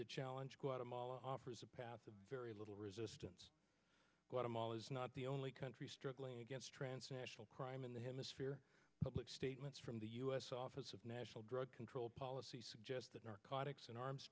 the challenge guatemala offers a path of very little resistance guatemala is not the only country struggling against transnational crime in the hemisphere public statements from the u s office of national drug control policy suggest that narcotics and arms